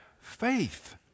faith